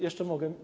Jeszcze mogę?